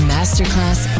Masterclass